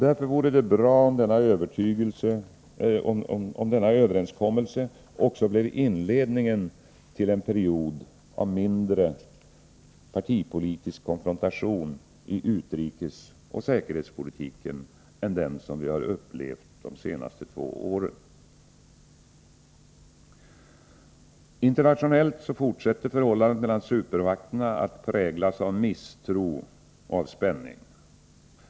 Därför vore det bra om denna överenskommelse också blev inledningen till en period av mindre partipolitisk konfrontation i utrikesoch säkerhetspolitiken än den som vi har upplevt de senaste två åren. Internationellt fortsätter förhållandet mellan supermakterna att präglas av misstro och spänning.